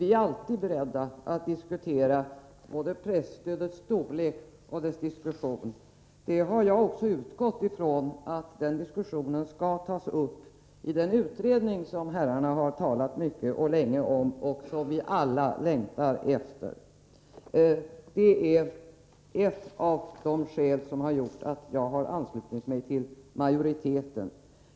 Vi är alltid beredda att diskutera presstödets storlek och dess utformning. Jag har också utgått från att frågan skall tas upp i den utredning som herrarna har talat mycket och länge om och som vi alla längtar efter. Det är ett av skälen till att jag har anslutit mig till majoriteten.